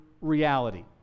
reality